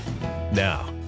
Now